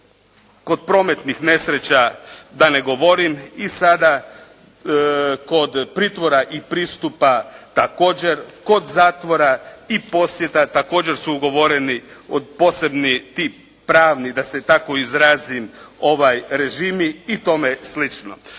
kod prometnih nesreća da ne govorim i sada kod pritvora i pristupa također, kod zatvora i posjeda također su ugovoreni posebni ti pravni da se tako izrazim režimi i tome slično.